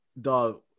dog